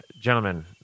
Gentlemen